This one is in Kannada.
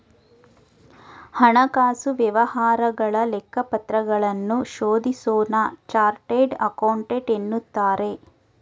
ಹಣಕಾಸು ವ್ಯವಹಾರಗಳ ಲೆಕ್ಕಪತ್ರಗಳನ್ನು ಶೋಧಿಸೋನ್ನ ಚಾರ್ಟೆಡ್ ಅಕೌಂಟೆಂಟ್ ಎನ್ನುತ್ತಾರೆ